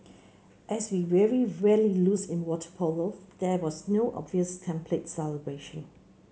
as we very rarely lose in water polo there was no obvious template celebration